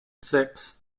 sechs